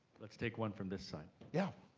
let's take one from this side. yeah?